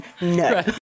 no